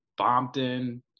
Bompton